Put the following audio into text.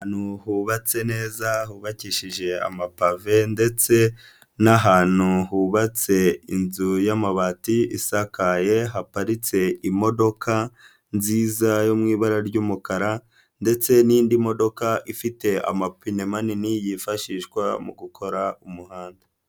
Ahantu hubatse neza, hubakishije amapave ndetse n'ahantu hubatse inzu y'amabati isakaye, haparitse imodoka nziza yo mu ibara ry'umukara ndetse n'indi modoka ifite amapine manini, yifashishwa mu gukora umuhanda.